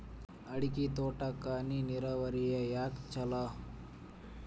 ಅಡಿಕೆ ತೋಟಕ್ಕ ಹನಿ ನೇರಾವರಿಯೇ ಯಾಕ ಛಲೋ?